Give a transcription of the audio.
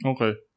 Okay